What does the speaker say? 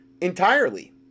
entirely